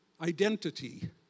identity